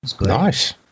nice